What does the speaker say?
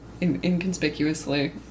inconspicuously